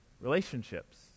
relationships